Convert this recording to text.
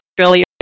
Australia